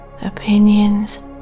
opinions